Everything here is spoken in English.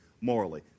morally